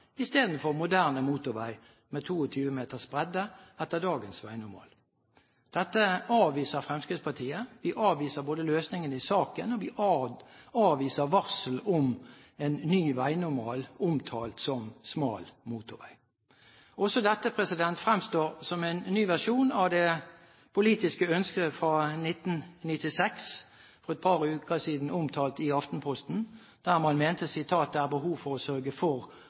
moderne motorvei med 22 meters bredde etter dagens veinormal. Dette avviser Fremskrittspartiet. Vi avviser både løsningen i saken og varsel om en ny veinormal, omtalt som smal motorvei. Også dette fremstår som en ny versjon av det politiske ønsket fra 1996. For et par uker siden ble det omtalt i Aftenposten, der man mente: «Det er behov for å sørge for